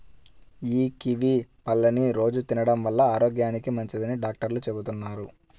యీ కివీ పళ్ళని రోజూ తినడం వల్ల ఆరోగ్యానికి మంచిదని డాక్టర్లు చెబుతున్నారు